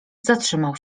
zatrzymał